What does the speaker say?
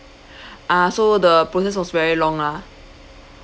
ah so the process was very long lah